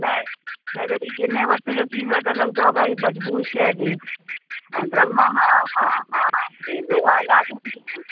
न न जॾहिं ॻिने वक़्त जो थींदो आहे त लॻंदो आहे भई मज़बूत शइ ॾे ऐं ड्रम हा हा हा इहे लूआ लाठ में ॾींदमि